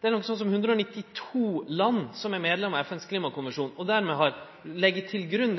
Det er noko sånt som 192 land som er medlemer av FNs klimakonvensjon, og dermed legg det til grunn.